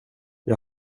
jag